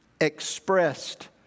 expressed